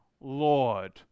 Lord